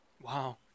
Wow